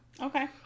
Okay